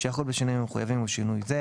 שיחול בשינויים המחויבים ובשינוי זה: